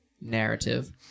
narrative